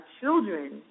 children